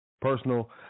Personal